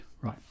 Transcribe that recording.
right